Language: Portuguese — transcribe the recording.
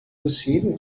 possível